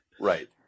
Right